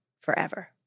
forever